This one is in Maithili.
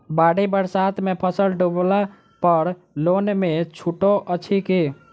बाढ़ि बरसातमे फसल डुबला पर लोनमे छुटो अछि की